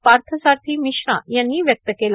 path Sarathi Mishra यांनी व्यक्त केला